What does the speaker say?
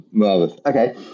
Okay